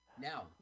Now